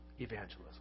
evangelism